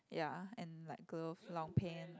ya and like glove long pan